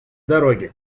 дороги